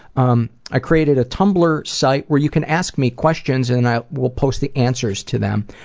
um i created a tumblr site where you can ask me questions and i will post the answers to them.